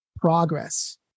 progress